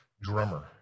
drummer